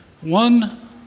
One